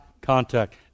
contact